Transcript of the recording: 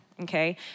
okay